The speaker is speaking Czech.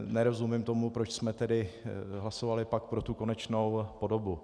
Nerozumím tomu, proč jsme tedy pak hlasovali pro tu konečnou podobu.